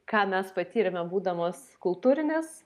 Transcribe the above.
ką mes patyrėme būdamos kultūrinės